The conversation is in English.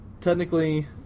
technically